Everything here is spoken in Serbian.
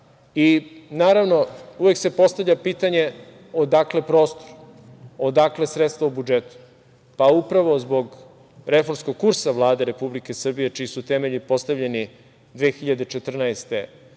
aparata. Uvek se postavlja pitanje odakle prostor, odakle sredstva u budžetu? Upravo zbog reformskog kursa Vlade Republike Srbije, čiji su temelji postavljeni 2014. godine,